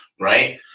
right